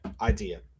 idea